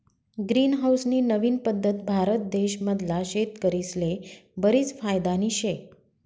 green house नी नवीन पद्धत भारत देश मधला शेतकरीस्ले बरीच फायदानी शे